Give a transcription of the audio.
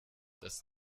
das